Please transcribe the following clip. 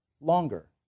longer